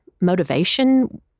motivation